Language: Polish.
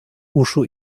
uszu